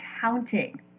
counting